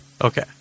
Okay